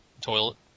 toilet